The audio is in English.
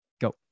Go